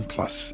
Plus